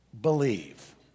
believe